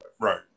Right